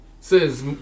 Says